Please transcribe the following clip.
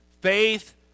Faith